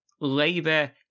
Labour